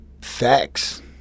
facts